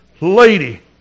lady